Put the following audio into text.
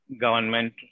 Government